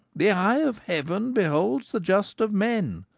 the eye of heaven beholds the just of men,